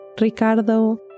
Ricardo